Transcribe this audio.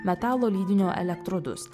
metalo lydinio elektrodus